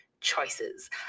choices